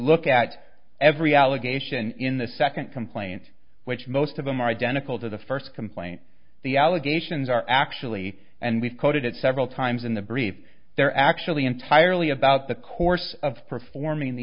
look at every allegation in the second complaint which most of them are identical to the first complaint the allegations are actually and we've quoted it several times in the brief they're actually entirely about the course of performing the